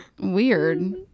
Weird